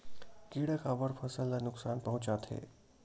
किड़ा काबर फसल ल नुकसान पहुचाथे?